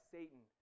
Satan